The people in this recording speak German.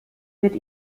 wird